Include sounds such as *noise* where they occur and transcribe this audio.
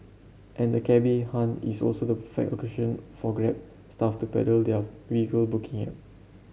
and the cabby haunt is also the perfect location for grab staff to peddle their vehicle booking *unintelligible*